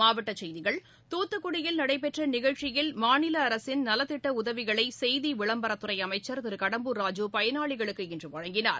மாவட்டக் செய்திகள் தூத்துக்குடியில் நடைபெற்றநிகழ்ச்சியில் மாநிலஅரசின் நலத்திட்டஉதவிகளைசெய்திவிளம்பரத் துறைஅமைச்சர் திருகடம்பூர் ராஜூ பயனாளிகளுக்கு இன்றுவழங்கினார்